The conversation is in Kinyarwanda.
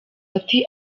ati